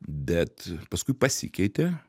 bet paskui pasikeitė